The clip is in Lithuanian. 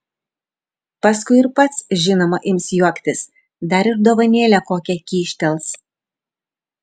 paskui ir pats žinoma ims juoktis dar ir dovanėlę kokią kyštels